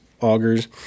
augers